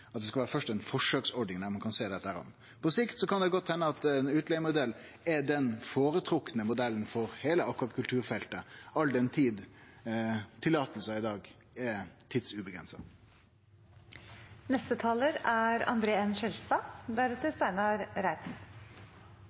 forsøksordning der ein kan sjå dette an. På sikt kan det godt hende at ein utleigemodell er den føretrekte modellen for heile akvakulturfeltet, all den tid løyve i dag er tidsuavgrensa. Fiskeri og havbruk er